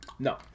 No